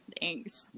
thanks